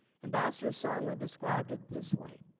ambassador sondland described it this way.